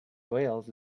whales